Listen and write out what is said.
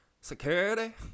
Security